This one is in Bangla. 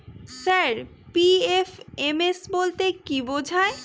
স্যার পি.এফ.এম.এস বলতে কি বোঝায়?